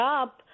up